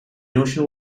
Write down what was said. notion